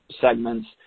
segments